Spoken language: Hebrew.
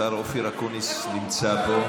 השר אופיר אקוניס נמצא פה.